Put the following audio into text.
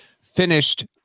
finished